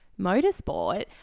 motorsport